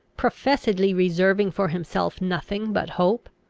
professedly reserving for himself nothing but hope.